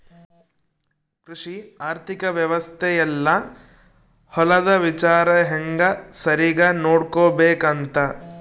ಕೃಷಿ ಆರ್ಥಿಕ ವ್ಯವಸ್ತೆ ಯೆಲ್ಲ ಹೊಲದ ವಿಚಾರ ಹೆಂಗ ಸರಿಗ ನೋಡ್ಕೊಬೇಕ್ ಅಂತ